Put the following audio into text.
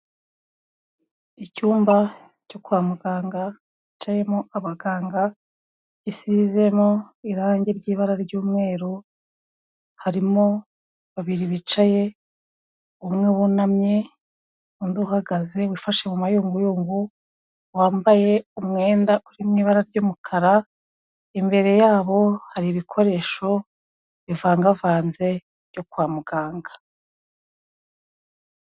Icyumba cyo kwa muganga hicayemo abaganga, gisizemo irangi ry'ibara ry'umweru, harimo babiri bicaye, umwe wunamye, undi uhagaze wifashe mu mayunguyungu, wambaye umwenda uri mu ibara ry'umukara, imbere y'abo hari ibikoresho bivangavanze byo kwa muganga.